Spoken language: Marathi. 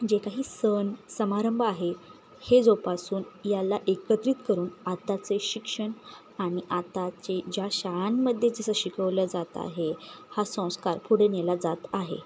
जे काही सण समारंभ आहे हे जोपासून याला एकत्रित करून आत्ताचे शिक्षण आणि आताचे ज्या शाळांमध्ये जसं शिकवलं जात आहे हा संस्कार पुढे नेला जात आहे